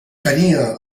tenia